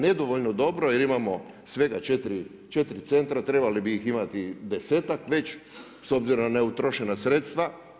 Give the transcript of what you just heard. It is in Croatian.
Nedovoljno dobro, jer imamo svega 4 centra, trebali bi ih imati 10-tak već, s obzirom na neutrošena sredstva.